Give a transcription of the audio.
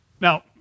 Now